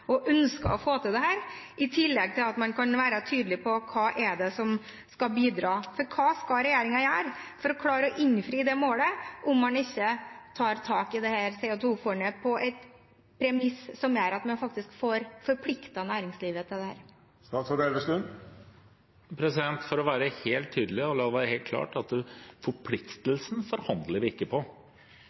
og ønsker å få til dette, og i tillegg kan være tydelig på: Hva er det som skal bidra? For hva skal regjeringen gjøre for å klare å innfri det målet om man ikke tar tak i CO 2 -fondet på et premiss som gjør at man faktisk får forpliktet næringslivet til dette? For å være helt tydelig, og la det være helt klart: Forpliktelsen forhandler vi ikke på.